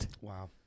Wow